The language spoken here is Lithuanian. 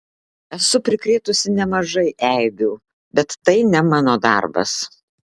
esu prikrėtusi nemažai eibių bet tai ne mano darbas